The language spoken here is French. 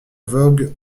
vogue